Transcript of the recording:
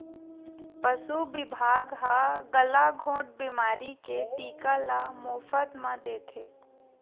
पसु बिभाग ह गलाघोंट बेमारी के टीका ल मोफत म देथे